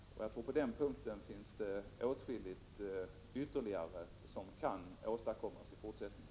Jag tror att det på den punkten finns åtskilligt ytterligare som kan åstadkommas i fortsättningen.